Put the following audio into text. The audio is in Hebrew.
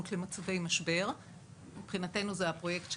אבל פרסמנו